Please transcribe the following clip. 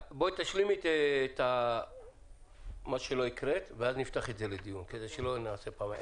תשלימי את מה שלא הקראת ונפתח את זה לדיון כדי שלא נעשה פעמיים.